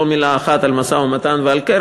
ולא מילה אחת על המשא-ומתן ועל קרי,